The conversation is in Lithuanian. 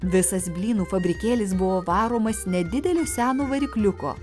visas blynų fabrikėlis buvo varomas nedidelio seno varikliuko